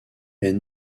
est